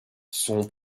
son